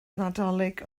nadolig